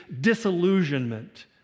disillusionment